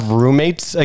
roommates